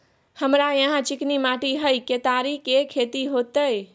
हमरा यहाँ चिकनी माटी हय केतारी के खेती होते?